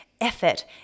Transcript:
effort